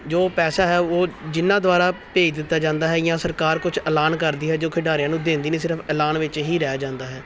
ਜੋ ਪੈਸਾ ਹੈ ਉਹ ਜਿਨ੍ਹਾਂ ਦੁਆਰਾ ਭੇਜ ਦਿੱਤਾ ਜਾਂਦਾ ਹੈ ਜਾਂ ਸਰਕਾਰ ਕੁਝ ਐਲਾਨ ਕਰਦੀ ਹੈ ਜੋ ਖਿਡਾਰੀਆਂ ਨੂੰ ਦਿੰਦੀ ਨਹੀਂ ਸਿਰਫ਼ ਐਲਾਨ ਵਿੱਚ ਹੀ ਰਹਿ ਜਾਂਦਾ ਹੈ